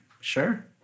sure